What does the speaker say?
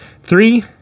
Three